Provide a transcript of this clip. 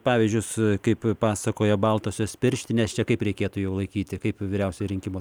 pavyzdžius kaip pasakojo baltosios pirštinės čia kaip reikėtų jų laikyti kaip vyriausioji rinkimų